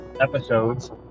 episodes